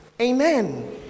Amen